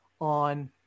on